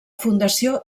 fundació